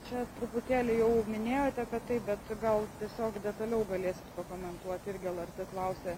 čia truputėlį jau minėjote kad taip bet gal tiesiog detaliau galės pakomentuoti irgi lrt klausė